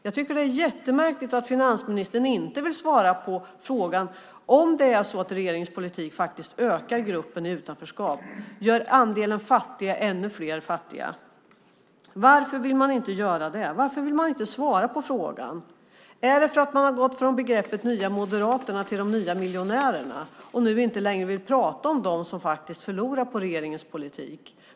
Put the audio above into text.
Jag tycker att det är jättemärkligt att finansministern inte vill svara på frågan om regeringens politik ökar gruppen i utanförskap och gör andelen fattiga ännu större. Varför vill man inte svara på frågan? Är det för att man har gått från begreppet de nya moderaterna till de nya miljonärerna och nu inte längre vill tala om dem som förlorar på regeringens politik?